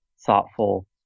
thoughtful